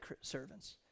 servants